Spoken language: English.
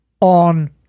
on